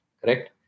correct